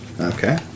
Okay